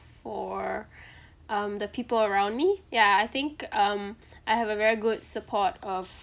for um the people around me yeah I think um I have a very good support of